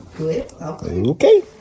okay